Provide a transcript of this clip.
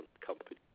company